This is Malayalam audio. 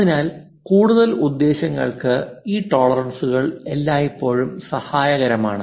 അതിനാൽ കൂടുതൽ ഉദ്ദേശ്യങ്ങൾക്ക് ഈ ടോളറൻസുകൾ എല്ലായ്പ്പോഴും സഹായകരമാണ്